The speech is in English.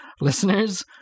listeners